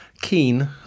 keen